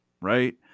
right